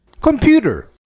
Computer